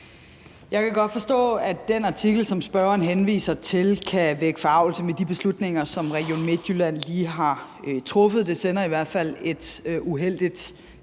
Jeg kan godt forstå, at den artikel, som spørgeren henviser til, kan vække forargelse med de beslutninger, som Region Midtjylland lige har truffet. Det sender i hvert fald et uheldigt